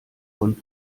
von